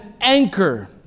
anchor